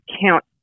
count